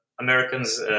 Americans